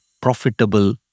profitable